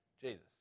Jesus